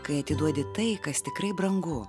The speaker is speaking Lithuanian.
kai atiduodi tai kas tikrai brangu